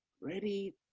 ready